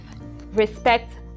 respect